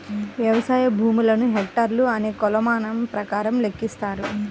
వ్యవసాయ భూములను హెక్టార్లు అనే కొలమానం ప్రకారం లెక్కిస్తారు